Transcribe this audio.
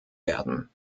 werden